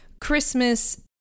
Christmas